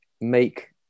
make